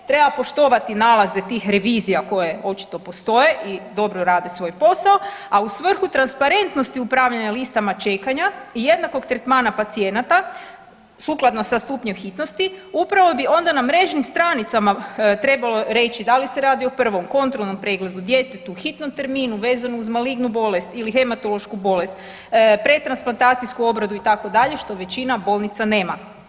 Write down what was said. Treba poštovati nalaze tih revizija koje očito postoje i dobro rade svoj posao, a u svrhu transparentnosti upravljanja listama čekanja i jednakog tretmana pacijenata sukladno sa stupnjem hitnosti upravo bi onda na mrežnim stranicama trebalo reći da li se radi o prvom, kontrolnom pregledu, djetetu, hitnom terminu vezanom uz malignu bolest ili hematološku bolest, predtransplantacijsku obradu itd. što većina bolnica nema.